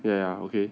ya ya okay